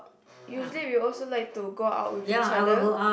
usually we also like to go out with each other